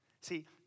See